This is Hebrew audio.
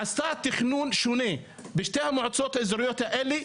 עשתה תכנון שונה בשתי המועצות האזוריות האלה,